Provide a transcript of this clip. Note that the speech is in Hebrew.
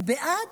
אני בעד.